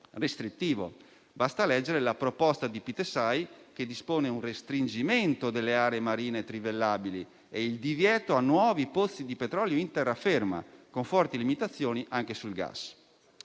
energetica sostenibile delle aree idonee (PITESAI) che dispone un restringimento delle aree marine trivellabili e il divieto di nuovi pozzi di petrolio in terraferma, con forti limitazioni anche sul gas.